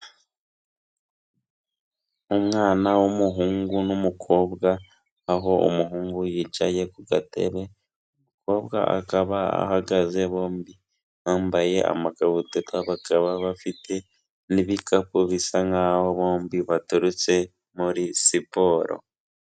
Umwana w'umuhungu n'umukobwa aho umuhungu yicaye ku gatebe, umukobwaba akaba ahagaze bombi bambaye amakabutura bakaba bafite n'ibikapu bisa nkaho bombi baturutse muri siporo.